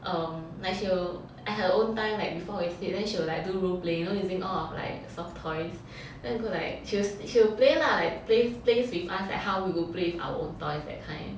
um like she will at her own time like before we sleep then she will like do role play you know using all of our soft toys then go and like she she will play lah like play plays with us like how we would play with our own toys that kind